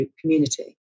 community